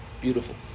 Beautiful